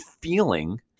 feeling